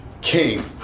King